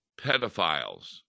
pedophiles